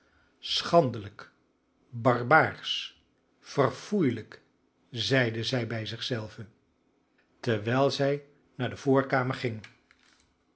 schandelijk barbaarsch verfoeielijk zeide zij bij zich zelve terwijl zij naar de voorkamer ging